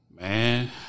Man